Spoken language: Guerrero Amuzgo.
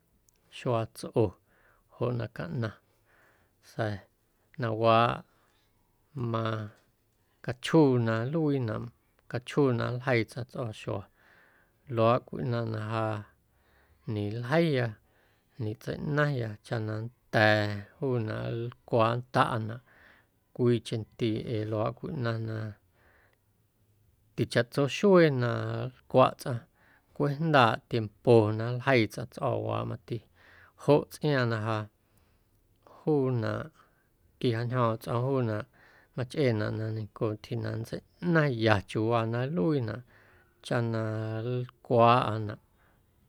Xuaatsꞌo joꞌ na caꞌnaⁿ sa̱a̱ ꞌnaⁿwaaꞌ macachjuu na nluiinaꞌ cachjuu na nljeii tsꞌaⁿ tsꞌo̱o̱xua luaaꞌ cwii ꞌnaⁿ na ja ñeljeiya, ñetseiꞌnaⁿya chaꞌ na nnda̱a̱ juunaꞌ nlcwaaꞌndaꞌnaꞌ cwiicheⁿ ndiiꞌ ee luaaꞌ cwii ꞌnaⁿ na tichaꞌtso xuee na nlcwaꞌ tsꞌaⁿ cweꞌjndaaꞌ tiempo na nljeii tsꞌaⁿ tsꞌo̱o̱waaꞌ mati joꞌ tsꞌiaaⁿꞌ na ja juunaꞌ quijaañjoomꞌ tsꞌo̱o̱ⁿ juunaꞌ machꞌeenaꞌ na neiⁿncoo ntyjii na nntseiꞌnaⁿya chiuuwa na nluiinaꞌ chaꞌ na nlcwaaꞌanaꞌ.